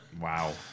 Wow